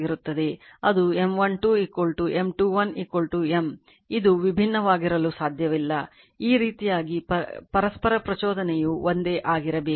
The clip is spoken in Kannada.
ಅದು M12 M21 M ಇದು ವಿಭಿನ್ನವಾಗಿರಲು ಸಾಧ್ಯವಿಲ್ಲ ಈ ರೀತಿಯಾಗಿ ಪರಸ್ಪರ ಪ್ರಚೋದನೆಯು ಒಂದೇ ಆಗಿರಬೇಕು